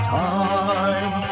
time